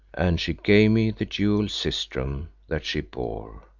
and she gave me the jewelled sistrum that she bore